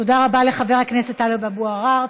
תודה רבה לחבר הכנסת טלב אבו עראר.